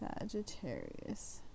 Sagittarius